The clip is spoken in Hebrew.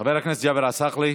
חבר הכנסת ג'אבר עסאקלה.